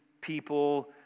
people